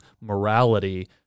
morality